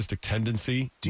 tendency